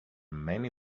many